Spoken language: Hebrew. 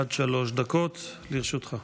עד שלוש דקות לרשותך.